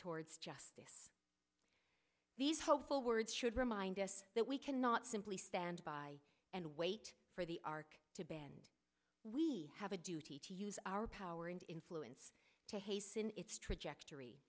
towards justice these hopeful words should remind us that we cannot simply stand by and wait for the ark to bend we have a duty to use our power and influence to hasten its trajectory